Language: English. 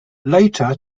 later